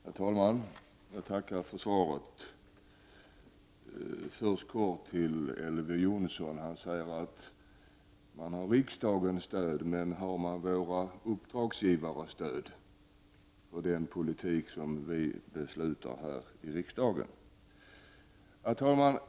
Herr talman! Jag tackar för svaret. Först vänder jag mig helt kort till Elver Jonsson. Han säger att regeringen har riksdagens stöd — men har vi våra uppdragsgivares stöd för den politik vi beslutar här i riksdagen? Herr talman!